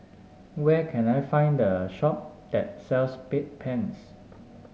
where can I find the shop that sells Bedpans